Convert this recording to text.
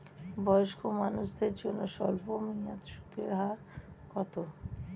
বয়স্ক মানুষদের জন্য স্বল্প মেয়াদে সুদের হার কত?